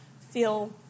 feel